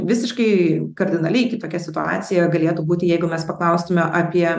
visiškai kardinaliai kitokia situacija galėtų būti jeigu mes paklaustume apie